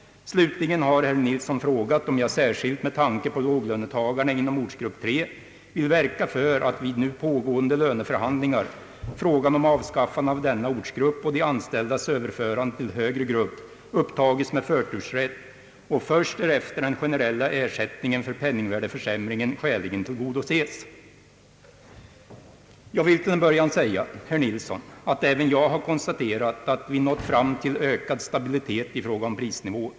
Slutligen har herr Nilsson frågat om jag särskilt med tanke på låglönetagarna inom ortsgrupp 3 vill verka för att vid nu pågående löneförhandlingar frågan om avskaffande av denna ortsgrupp och de anställdas överförande till högre grupp upptages med förtursrätt och först därefter den generella ersättningen för penningvärdeförsämringen skäligen tillgodoses. Jag vill till en början säga herr Nilsson att även jag har konstaterat att vi nått fram till ökad stabilitet i fråga om prisnivån.